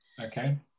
okay